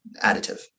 additive